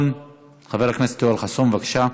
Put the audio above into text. חבר הכנסת יואל חסון, בבקשה.